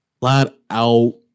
flat-out